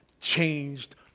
changed